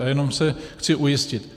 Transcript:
A jenom se chci ujistit.